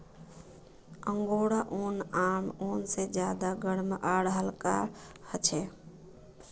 angora ऊन आम ऊन से ज्यादा गर्म आर हल्का ह छे